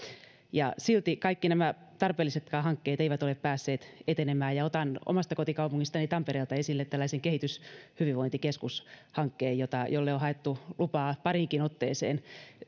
silti kaikki nämä tarpeellisetkaan hankkeet eivät ole päässeet etenemään otan omasta kotikaupungistani tampereelta esille tällaisen kehityshyvinvointikeskushankkeen jolle on haettu lupaa pariinkin otteeseen